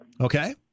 Okay